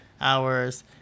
hours